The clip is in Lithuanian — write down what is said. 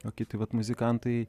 o kiti vat muzikantai